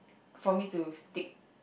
for me to stick